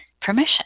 permission